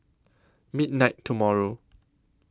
midnight tomorrow